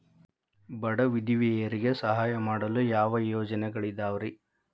ಬಡ ವಿಧವೆಯರಿಗೆ ಸಹಾಯ ಮಾಡಲು ಯಾವ ಯೋಜನೆಗಳಿದಾವ್ರಿ?